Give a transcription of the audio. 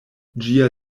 ĝia